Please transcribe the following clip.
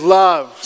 love